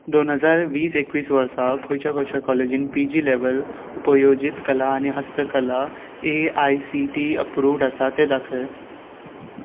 दोन हजार वीस एकवीस वर्सा खंयच्या खंयच्या काॅलेजीन पी जी लेवल उपयोजीत कला आनी हस्तकला A I C T E approved आसा तें दाखय